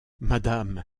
madame